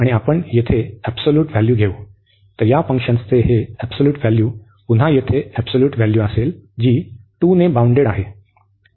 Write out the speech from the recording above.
तर या फंक्शन्सचे हे एबसोल्यूट व्हॅल्यू पुन्हा येथे एबसोल्यूट व्हॅल्यू असेल जी 2 ने बाउंडेड आहे